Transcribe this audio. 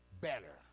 better